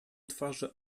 twarze